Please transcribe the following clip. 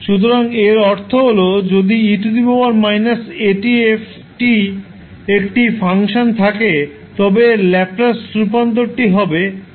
সুতরাং এর অর্থ হল যদি e− 𝑎𝑡𝑓 𝑡 একটি ফাংশন থাকে তবে এর ল্যাপ্লাস রূপান্তরটি হবে 𝐹 𝑠 𝑎